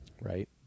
Right